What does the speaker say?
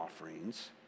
offerings